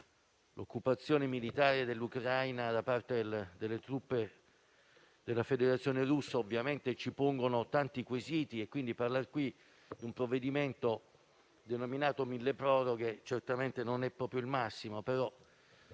l'occupazione militare dell'Ucraina da parte delle truppe della Federazione Russa. Ovviamente, si pongono tanti quesiti e, quindi, parlare qui di un provvedimento denominato milleproroghe certamente non è il massimo.